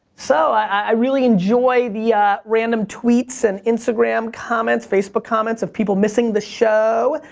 so i really enjoy the random tweets and instagram comments, facebook comments of people missing the show.